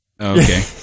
Okay